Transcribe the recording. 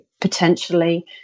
potentially